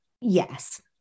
Yes